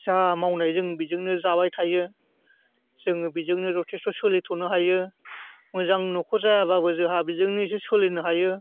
जा मावनाय जों बिजोंनो जाबाय थायो जोङो बेजोंनो जथेसथ' सोलिथ'नो हायो मोजां न'खर जायाब्लाबो जोंहा बेजोंनो एसे सोलिनो हायो